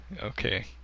okay